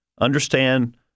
understand